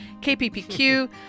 KPPQ